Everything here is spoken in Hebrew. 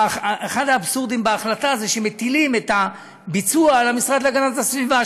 אחד האבסורדים בהחלטה זה שמטילים את הביצוע על המשרד להגנת הסביבה,